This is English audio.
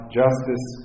justice